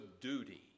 duty